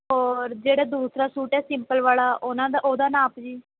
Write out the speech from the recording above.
ਔਰ ਜਿਹੜਾ ਦੂਸਰਾ ਸੂਟ ਹੈ ਸਿੰਪਲ ਵਾਲਾ ਉਹਨਾਂ ਦਾ ਉਸਦਾ ਨਾਪ ਜੀ